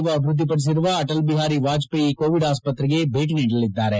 ಒ ಅಭಿವ್ಯದ್ದಿಪಡಿಸಿರುವ ಅಟಲ್ ಜಿಹಾರಿ ವಾಜಪೇಯಿ ಕೋವಿಡ್ ಆಸ್ಪತ್ರೆಗೆ ಭೇಟಿ ನೀಡಲಿದ್ದಾರೆ